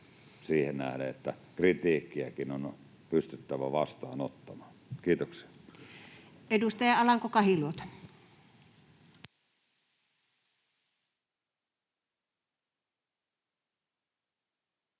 siihen nähden, että kritiikkiäkin on pystyttävä vastaanottamaan. — Kiitoksia. Edustaja Alanko-Kahiluoto. Arvoisa